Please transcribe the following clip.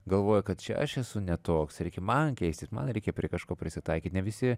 galvoja kad čia aš esu ne toks reikia man keistis man reikia prie kažko prisitaikyt ne visi